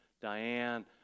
Diane